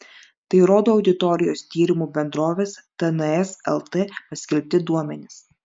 tai rodo auditorijos tyrimų bendrovės tns lt paskelbti duomenys